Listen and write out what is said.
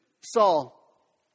Saul